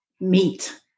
meat